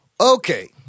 Okay